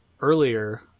earlier